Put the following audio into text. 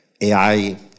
ai